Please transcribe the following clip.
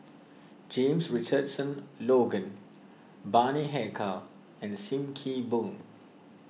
James Richardson Logan Bani Haykal and Sim Kee Boon